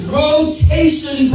rotation